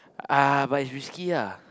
uh but it's risky lah